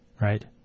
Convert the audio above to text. Right